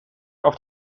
auf